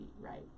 right